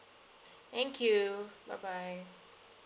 thank you bye bye